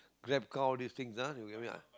Grab car all these thing ah you get me uh